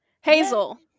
Hazel